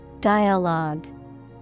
Dialogue